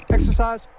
Exercise